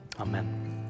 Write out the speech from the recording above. Amen